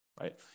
right